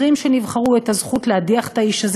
כשהוא רץ לראשות הממשלה בשנת 1996. אבל מאז הבטיח את זה אז,